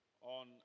on